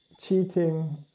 cheating